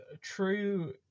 true